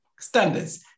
standards